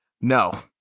No